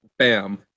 Bam